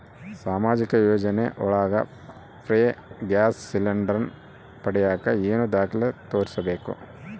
ಸಾಮಾಜಿಕ ಯೋಜನೆ ಒಳಗ ಫ್ರೇ ಗ್ಯಾಸ್ ಸಿಲಿಂಡರ್ ಪಡಿಯಾಕ ಏನು ದಾಖಲೆ ತೋರಿಸ್ಬೇಕು?